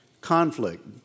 Conflict